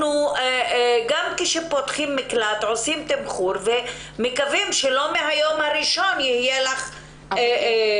גם כשפותחים מקלט עושים תמחור ומקווים שלא מהיום הראשון יהיה מלא.